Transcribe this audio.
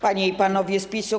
Panie i Panowie z PiS-u!